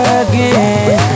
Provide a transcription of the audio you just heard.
again